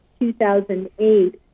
2008